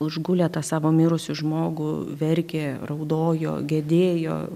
užgulę tą savo mirusį žmogų verkė raudojo gedėjo